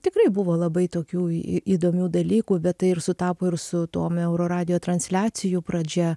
tikrai buvo labai tokių į įdomių dalykų bet tai ir sutapo ir su tom euro radijo transliacijų pradžia